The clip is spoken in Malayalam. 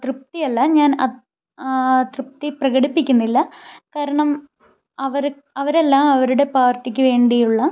തൃപ്തിയല്ല ഞാൻ തൃപ്തി പ്രകടിപ്പിക്കുന്നില്ല കാരണം അവർ അവരെല്ലാം അവരുടെ പാർട്ടിക്ക് വേണ്ടിയുള്ള